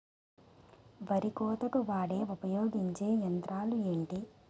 వరి కోతకు వాడే ఉపయోగించే యంత్రాలు ఏంటి?